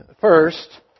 first